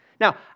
Now